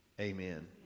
Amen